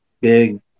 big